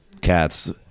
Cats